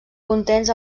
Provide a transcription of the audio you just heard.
contents